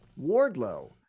Wardlow